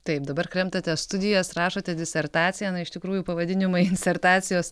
taip dabar kremtate studijas rašote disertaciją na iš tikrųjų pavadinimai incertacijos